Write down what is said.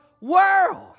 world